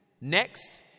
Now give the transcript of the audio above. Next